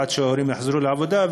עד שההורים יחזרו מהעבודה.